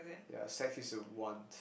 ya sex is a want